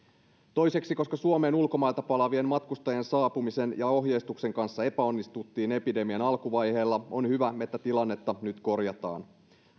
toiseksi koska suomeen ulkomailta palaavien matkustajien saapumisen ja ohjeistuksen kanssa epäonnistuttiin epidemian alkuvaiheilla on hyvä että tilannetta nyt korjataan